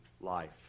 life